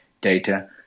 data